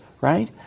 right